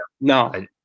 No